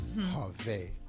Harvey